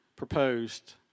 proposed